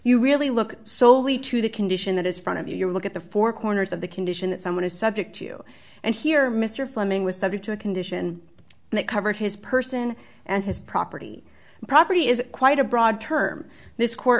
you really look soley to the condition that is front of you you look at the four corners of the condition that someone is subject to and here mr fleming was subject to a condition that covered his person and his property and property is quite a broad term this court